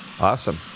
Awesome